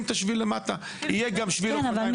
8%. השיפוע שלו עדיין יהיה כזה שיאפשר